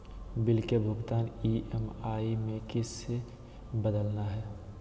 Bill के भुगतान EMI में किसी बदलना है?